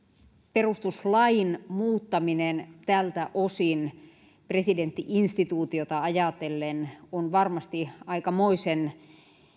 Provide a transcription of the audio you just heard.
perustuslain muuttaminen tältä osin presidentti instituutiota ajatellen on varmasti aikamoisen